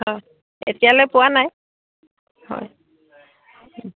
এতিয়ালৈ পোৱা নাই হয়